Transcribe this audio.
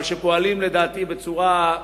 אבל שפועלים, לדעתי, בצורה,